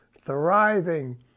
thriving